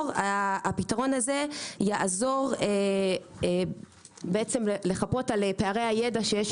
הפתרון הזה יעזור לחפות על פערי הידע שיש